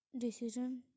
decision